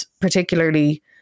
particularly